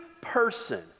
person